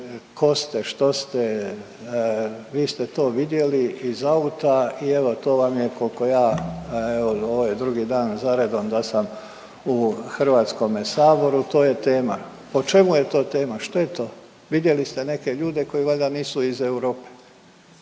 tko ste, što ste, vi ste to vidjeli iz auta i evo to vam je koliko ja evo ga ovo je drugi dan zaredom da sam u Hrvatskome saboru to je tema. O čemu je to tema, što je to? Vidjeli ste neke ljude koji valjda nisu iz Europe.